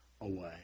away